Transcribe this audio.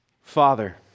Father